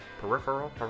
peripheral